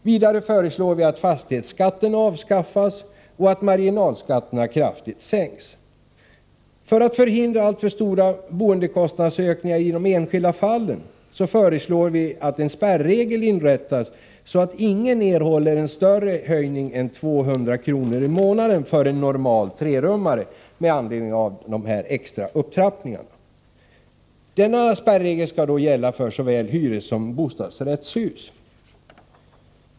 Vidare föreslår vi att fastighetsskatten avskaffas och att marginalskatterna kraftigt sänks. För att förhindra alltför stora boendekostnadsökningar i de enskilda fallen föreslår vi att en spärregel inrättas, så att ingen får en större höjning än 200 kr. i månaden för en normal trerummare med anledning av de extra upptrappningarna. Denna spärregel skall gälla för såväl hyressom bostadsrättshus.